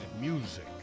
music